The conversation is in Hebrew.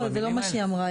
לא, זה לא מה שהיא אמרה.